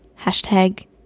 hashtag